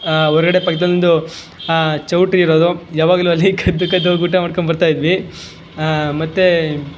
ಹೊರ್ಗಡೆ ಚೌಟ್ರಿ ಇರೋದು ಯಾವಾಗಲು ಅಲ್ಲಿ ಕದ್ದು ಕದ್ದು ಹೋಗ್ ಊಟ ಮಾಡ್ಕೊಂಡು ಬರ್ತಾಯಿದ್ವಿ ಮತ್ತೆ